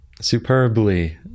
superbly